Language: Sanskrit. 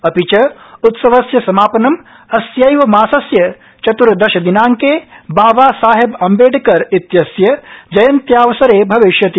अपि च उत्सवस्य समापनम् अस्यैव मासस्य चतुर्दश दिनांके बाबासाहेब अम्बेडकर क्विस्य जयन्त्यावसरे भविष्यति